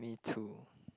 me too